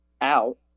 out